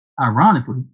Ironically